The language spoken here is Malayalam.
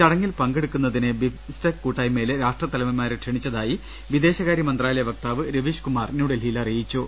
ചടങ്ങിൽ പങ്കെടുക്കുന്നതിന് ബിംസ്റ്റക്ക് കൂട്ടായ്മയിലെ രാഷ്ട്ര തലവൻമാരെ ക്ഷണിച്ചതായി വിദേശകാരൃമന്ത്രാലയ വക്താവ് രവീഷ് കുമാർ ന്യൂഡൽഹിയിൽ അറിയിച്ചു